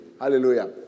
Hallelujah